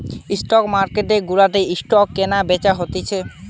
stock market গুলাতে stock কেনা বেচা হতিছে